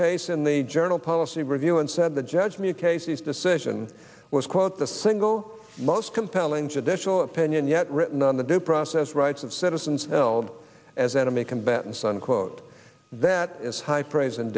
case in the journal policy review and said the judge me of cases decision was quote the single most compelling judicial opinion yet written on the due process rights of citizens elde as enemy combatants unquote that is high praise ind